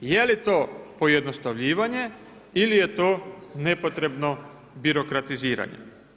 Je li to pojednostavljivanje ili je to nepokretno birokratiziranje?